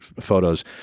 photos